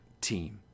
team